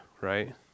right